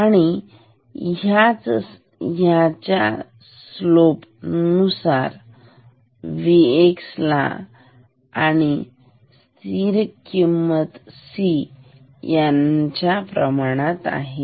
आणि ह्याच स्लोप आहे तो Vx ला आणि स्थिर किंमत C यांना प्रमाणात आहे